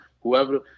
whoever